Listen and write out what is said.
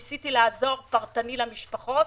ניסיתי לעזור פרטנית למשפחות,